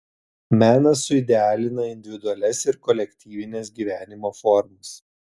menas suidealina individualias ir kolektyvines gyvenimo formas